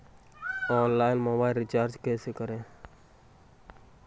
Online mobile recharge कैसे करें?